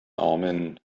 omen